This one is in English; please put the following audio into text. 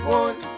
one